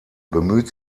bemüht